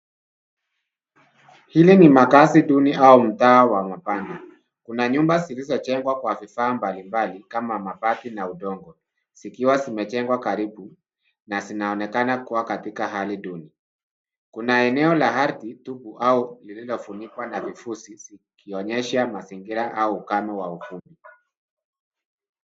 Hili ni makazi duni au mtaa wa mabanda. Kuna nyumba zilizojengwa kwa vifaa mbalimbali kama mabati na udongo zikiwa zimejengwa karibu na zinaonekana kuwa katika hali duni. Kuna eneo la ardhi tupu au lililofunikwa na vifusi ikionyesha mazingira au ukame wa ufuo.